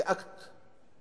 כאקט,